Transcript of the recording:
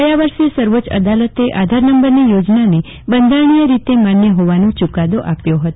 ગયા વર્ષે સર્વોચ્ય અદાલતે આધાર નંબરની યોજનાને બંધારીય રીતે માન્ય હોવાનો ચુકાદો આપ્યો હતો